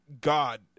God